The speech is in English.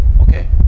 Okay